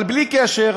אבל בלי קשר,